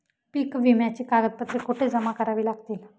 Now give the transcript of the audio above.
पीक विम्याची कागदपत्रे कुठे जमा करावी लागतील?